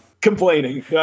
Complaining